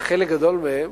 וחלק גדול מהם,